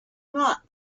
not